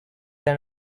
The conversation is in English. then